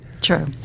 True